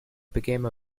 became